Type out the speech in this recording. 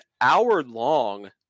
hour-long